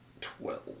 twelve